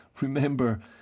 remember